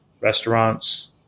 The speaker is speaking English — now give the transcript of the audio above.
restaurants